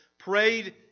Prayed